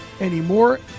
anymore